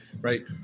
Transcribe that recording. right